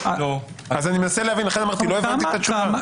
לא הבנתי את התשובה.